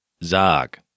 sag